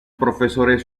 profesores